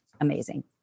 amazing